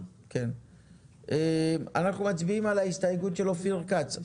אנחנו מצביעים על ההסתייגות של אופיר כץ.